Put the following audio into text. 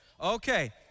Okay